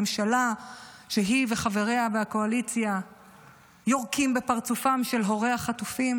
ממשלה שהיא וחבריה והקואליציה יורקים בפרצופם של הורי החטופים